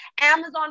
Amazon